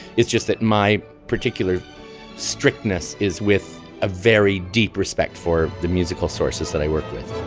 it's just that my particular strictness is with a very deep respect for the musical sources that i work with